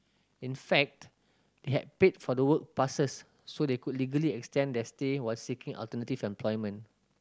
in fact they had paid for the work passes so they could legally extend their stay while seeking alternative employment